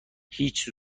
هیچ